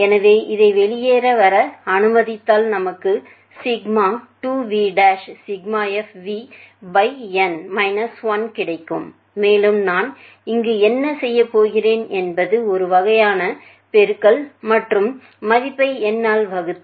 எனவே இதை வெளியே வர அனுமதித்தால் நமக்கு சிக்மா 2v∑fvn 1 கிடைக்கும் மேலும் நான் இங்கு என்ன செய்யப் போகிறேன் என்பது ஒரு வகையான பெருக்கல் மற்றும் மதிப்பை n ஆல் வகுத்து